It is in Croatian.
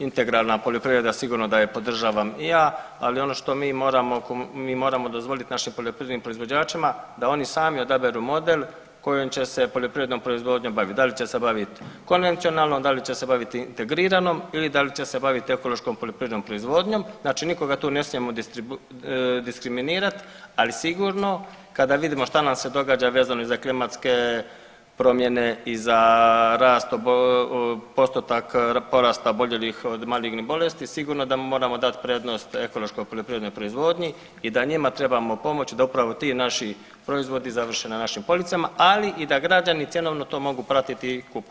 Integralna poljoprivreda sigurno da je podržavam i ja, ali ono što mi moramo, mi moramo dozvolit našim poljoprivrednim proizvođačima da oni sami odaberu model kojom će se poljoprivrednom proizvodnjom bavit, da li će se bavit konvencionalnom, da li će baviti integriranom ili će se bavit ekološkom poljoprivrednom proizvodnjom, znači nikoga tu ne smijemo diskriminirat, ali sigurno kada vidimo šta nam se događa vezano za klimatske promjene i za rast, postotak porasta oboljelih od malignih bolesti sigurno da moramo dat prednost ekološkoj poljoprivrednoj proizvodnji i da njima trebamo pomoć da upravo ti naši proizvodi završe na našim policama, ali i da građani cjenovno to mogu pratiti i kupovati i konzumirat.